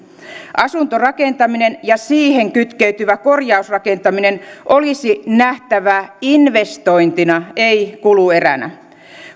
asuntorakentaminen ja siihen kytkeytyvä korjausrakentaminen olisi nähtävä investointina ei kulueränä